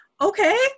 okay